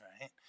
right